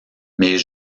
mais